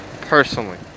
personally